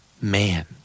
Man